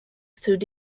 through